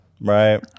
Right